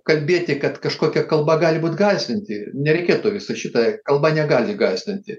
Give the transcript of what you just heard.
kalbėti kad kažkokia kalba gali būt gąsdinti nereikėtų visa šita kalba negali gąsdinti